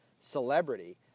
celebrity